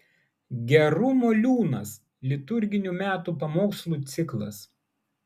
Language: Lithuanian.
gerumo liūnas liturginių metų pamokslų ciklas